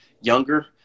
younger